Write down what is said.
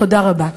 תודה רבה.